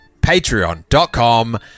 patreon.com